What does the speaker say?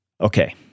Okay